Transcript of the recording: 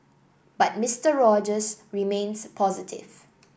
but Mister Rogers remains positive